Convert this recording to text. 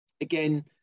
again